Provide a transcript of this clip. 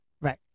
Right